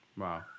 Wow